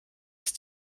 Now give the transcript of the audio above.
ist